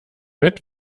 mit